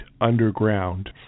underground